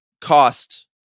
cost